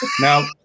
now